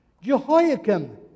Jehoiakim